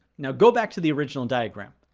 now, go back to the original diagram.